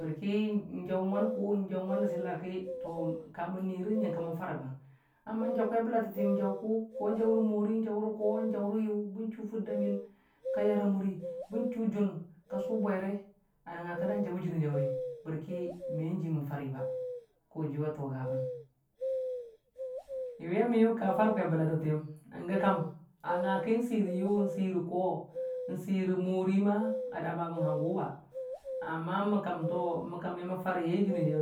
Bərki jaʊ mwam ku jaʊ rə sila ki ka mən nuire mo kən jaʊ jəni jaʊri amma jankwai bə latətiyəm jaʊ kʊ jaʊ rə mori ki bən chʊ fʊrda miyən ka yar a mʊri jʊn ka sʊ bwaire a nəngnga dan jabe gʊji bərki meen ji mən fari ba kojiyʊ a tʊgabən yʊwiya miyʊ ka fare kwai bə latə tiyəm gə kam a nga kin si rə yʊ sii rə koo si rə mori ma a dama be hangu ba mə kan. mekam me noən fare yai Jəni Jauri.